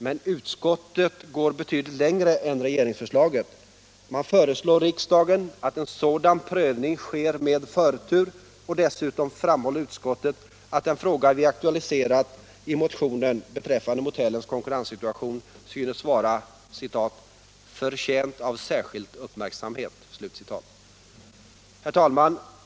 Men utskottet går betydligt längre än regeringsförslaget. Man föreslår riksdagen att en sådan prövning sker med förtur, och dessutom framhåller utskottet att den fråga vi har aktualiserat beträffande motellens konkurrenssituation synes vara ”förtjänt av särskild uppmärksamhet”. Herr talman!